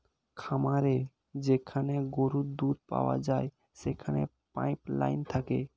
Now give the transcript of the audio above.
খামারে যেখানে গরুর দুধ পাওয়া যায় সেখানে পাইপ লাইন থাকে